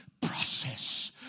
process